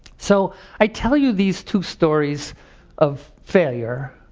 so i tell you these two stories of failure